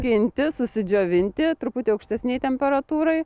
skinti išsidžiovinti truputį aukštesnėj temperatūroj